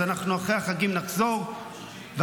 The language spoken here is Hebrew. אז אנחנו אחרי החגים נחזור ----- הקודמת,